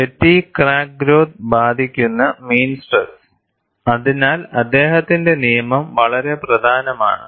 fatigue crack growth ബാധിക്കുന്ന mean stress അതിനാൽ അദ്ദേഹത്തിന്റെ നിയമം വളരെ പ്രധാനമാണ്